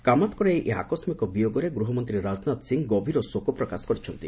କାମତ୍ଙ୍କର ଏହି ଆକସ୍କିକ ବିୟୋଗରେ ଗୃହମନ୍ତ୍ରୀ ରାଜନାଥ ସିଂ ଗଭୀର ଶୋକ ପ୍ରକାଶ କରିଛନ୍ତି